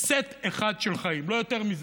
יש סט אחד של חיים, לא יותר מזה.